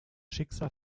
schicksal